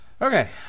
Okay